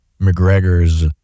McGregor's